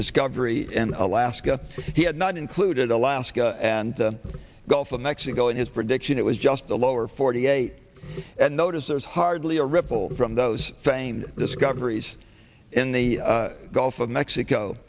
discovery and alaska he had not included alaska and the gulf of mexico in his prediction it was just the lower forty eight and notice there's hardly a ripple from those famed discoveries in the gulf of mexico